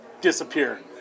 disappear